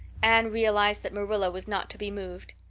anne realized that marilla was not to be moved.